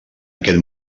aquest